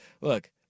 look